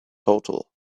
hotel